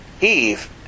Eve